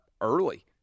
early